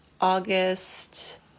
August